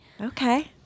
Okay